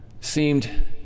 seemed